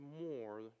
more